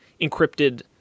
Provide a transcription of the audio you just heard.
encrypted